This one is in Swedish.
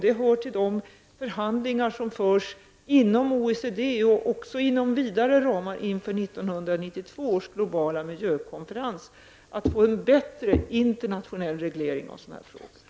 Det hör till de förhandlingar som förs inom OECD och även inom vidare ramar inför 1992 års globala miljökonferens, för att man skall få en bättre internationell reglering av sådana här frågor.